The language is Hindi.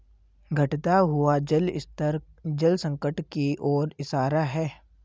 घटता हुआ जल स्तर जल संकट की ओर इशारा है